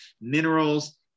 minerals